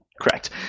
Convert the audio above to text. Correct